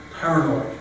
paranoid